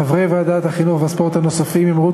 חברי ועדת החינוך, התרבות והספורט הנוספים הם רות